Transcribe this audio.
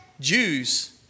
Jews